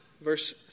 verse